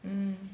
mm